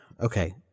okay